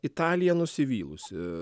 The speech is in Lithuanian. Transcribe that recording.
italija nusivylusi